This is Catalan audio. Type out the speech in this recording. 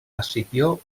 escipió